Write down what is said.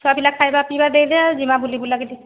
ଛୁଆପିଲା ଖାଇବା ପିଇବା ଦେଇଦେ ଆର୍ ଯିମା ବୁଲିବୁଲା କି ଟିକିଏ